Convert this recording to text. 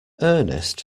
ernest